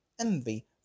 envy